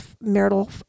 marital